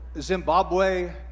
Zimbabwe